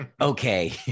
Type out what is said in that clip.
Okay